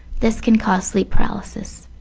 this can cause sleep paralysis.